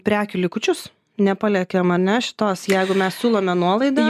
prekių likučius nepalekiam ane šitos jeigu mes siūlome nuolaidą